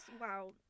wow